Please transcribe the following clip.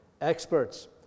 experts